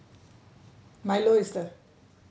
milo is the